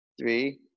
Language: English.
three